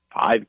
five